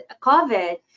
COVID